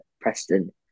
Preston